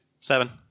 Seven